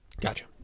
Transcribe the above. Gotcha